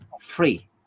free